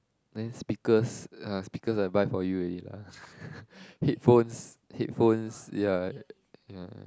then speakers uh speakers I buy for you already lah headphones headphones ya ya